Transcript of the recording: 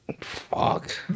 Fuck